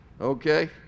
Okay